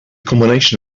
combination